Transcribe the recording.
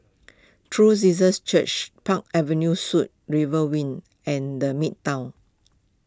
True Jesus Church Park Avenue Suites River Wing and the Midtown